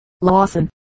Lawson